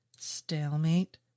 Stalemate